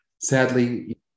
Sadly